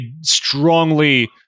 strongly